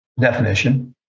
definition